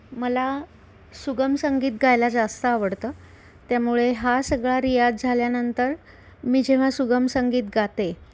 मला सुगम संगीत गायला जास्त आवडतं त्यामुळे हा सगळा रियाज झाल्यानंतर मी जेव्हा सुगम संगीत गाते